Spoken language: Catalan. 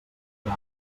dia